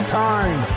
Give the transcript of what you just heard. time